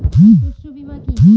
শস্য বীমা কি?